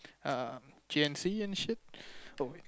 um G_N_C and shit oh wait